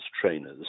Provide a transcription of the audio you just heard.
trainers